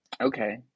okay